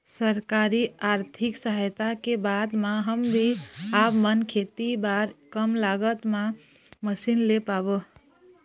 सरकारी आरथिक सहायता के बाद मा हम भी आपमन खेती बार कम लागत मा मशीन ले पाबो?